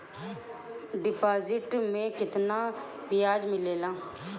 Deposit मे केतना बयाज मिलेला?